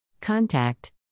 Contact